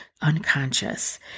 unconscious